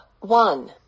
one